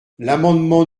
l’amendement